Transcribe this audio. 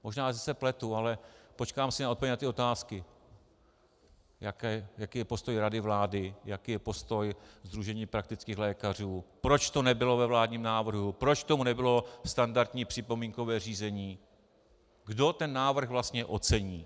Možná že se pletu, ale počkám si na odpověď na ty otázky, jaký je postoj rady vlády, jaký je postoj Sdružení praktických lékařů, proč to nebylo ve vládním návrhu, proč k tomu nebylo standardní připomínkové řízení, kdo ten návrh vlastně ocení.